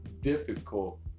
difficult